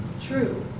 True